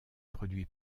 produit